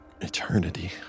Eternity